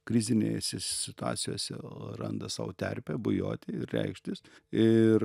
krizinėse situacijose randa sau terpę bujoti ir reikštis ir